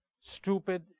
stupid